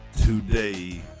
today